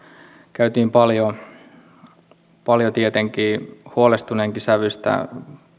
käytiin paljon tietenkin huolestuneenkin sävyistä